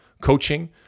coaching